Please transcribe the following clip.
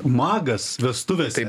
magas vestuvėse